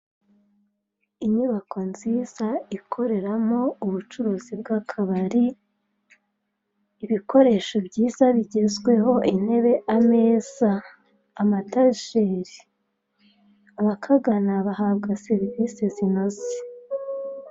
Inyubako nziza, ikoreramo ubucuruzi bw'akabari, ibikoresho byiza bigezweho, intebe, ameza, amatajeri. Abakagana bahabwa serivise zinoze.